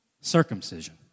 circumcision